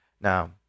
now